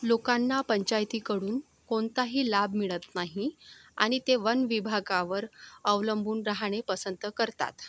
लोकांना पंचायतीकडून कोणताही लाभ मिळत नाही आणि ते वन विभागावर अवलंबून राहणे पसंत करतात